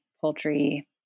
poultry